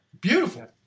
Beautiful